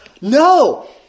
no